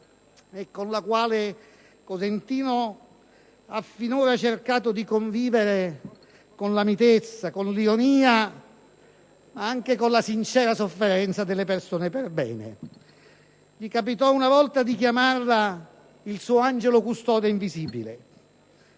e con la quale egli finora ha cercato di convivere con la mitezza e l'ironia, ma anche con la sincera sofferenza delle persone perbene. Gli capitò una volta di chiamarla il suo angelo custode invisibile,